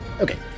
Okay